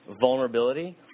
vulnerability